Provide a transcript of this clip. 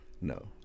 No